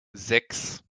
sechs